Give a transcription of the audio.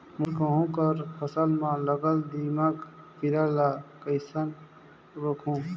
मोर गहूं कर फसल म लगल दीमक कीरा ला कइसन रोकहू?